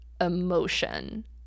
emotion